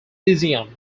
caesium